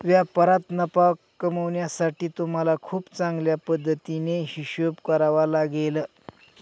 व्यापारात नफा कमावण्यासाठी तुम्हाला खूप चांगल्या पद्धतीने हिशोब करावा लागेल